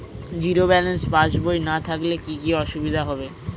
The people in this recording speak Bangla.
জিরো ব্যালেন্স পাসবই না থাকলে কি কী অসুবিধা হবে?